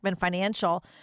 Financial